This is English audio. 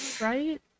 Right